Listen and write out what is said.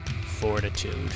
fortitude